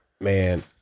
man